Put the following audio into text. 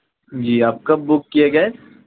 جی آپ کب بک کیے گیس